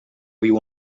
viu